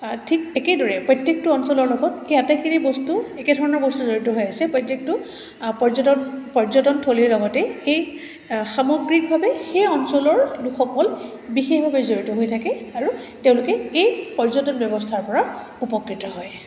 ঠিক একেদৰে প্ৰত্যেকটো অঞ্চলৰ লগত এই আটাইখিনি বস্তু একেধৰণৰ বস্তু জড়িত হৈ আছে প্ৰত্যেকটো পৰ্যটন পৰ্যটনথলীৰ লগতে এই সামগ্ৰিকভাৱে সেই অঞ্চলৰ লোকসকল বিশেষভাৱে জড়িত হৈ থাকে আৰু তেওঁলোকে এই পৰ্যটন ব্যৱস্থাৰপৰা উপকৃত হয়